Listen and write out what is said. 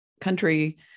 country